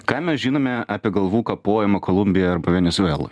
ką mes žinome apie galvų kapojimą kolumbijoje arba venesueloj